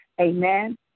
Amen